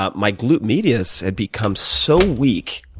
ah my glute medius had become so weak.